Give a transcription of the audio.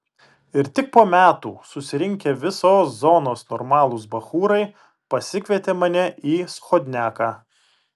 ir tik po metų susirinkę visos zonos normalūs bachūrai pasikvietė mane į schodniaką